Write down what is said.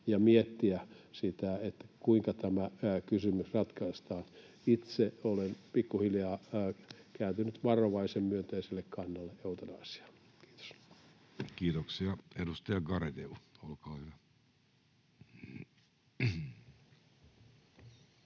ja miettiä sitä, kuinka tämä kysymys ratkaistaan. Itse olen pikkuhiljaa kääntynyt varovaisen myönteiselle kannalle eutanasiaan. — Kiitos. [Speech